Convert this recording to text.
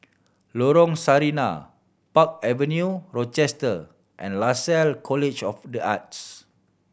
Lorong Sarina Park Avenue Rochester and Lasalle College of The Arts